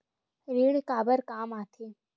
ऋण काबर कम आथे?